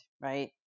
Right